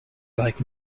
like